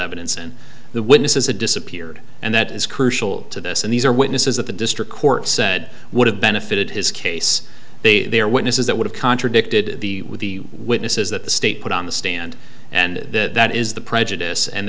evidence and the witnesses the disappeared and that is crucial to this and these are witnesses that the district court said would have benefited his case they they are witnesses that would have contradicted the witnesses that the state put on the stand and that that is the prejudice and